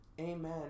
Amen